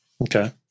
Okay